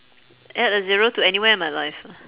add a zero to anywhere in my life ah